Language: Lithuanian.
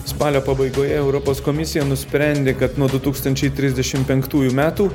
spalio pabaigoje europos komisija nusprendė kad nuo du tūkstančiai trisdešim penktųjų metų